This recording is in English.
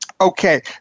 Okay